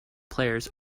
players